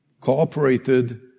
cooperated